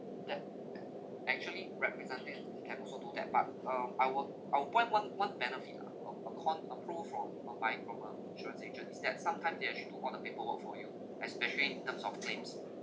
that ac~ actually representative can also do that but um I will I will point one one benefit lah of a con a pro from of mine from a insurance agent is that sometime they actually do all the paperwork for you especially in terms of claims